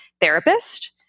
therapist